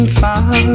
far